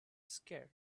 scared